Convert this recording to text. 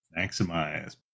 Maximize